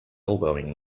elbowing